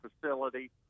facility